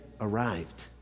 arrived